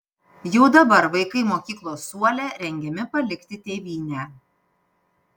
jau dabar vaikai mokyklos suole rengiami palikti tėvynę